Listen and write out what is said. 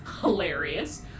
hilarious